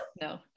no